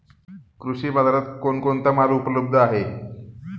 कृषी बाजारात कोण कोणता माल उपलब्ध आहे?